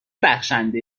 بخشنده